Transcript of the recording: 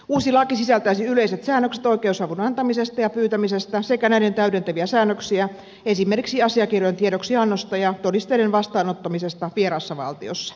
uusi laki sisältäisi yleiset säännökset oikeusavun antamisesta ja pyytämisestä sekä näiden täydentäviä säännöksiä esimerkiksi asiakirjojen tiedoksiannosta ja todisteiden vastaanottamisesta vieraassa valtiossa